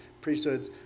priesthoods